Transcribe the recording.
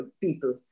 people